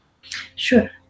Sure